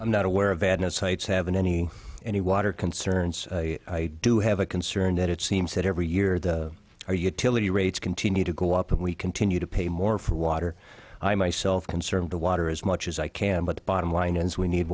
i'm not aware of had no sites haven't any any water concerns i do have a concern that it seems that every year or utility rates continue to go up and we continue to pay more for water i myself conserve the water as much as i can but bottom line is we need